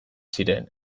ziren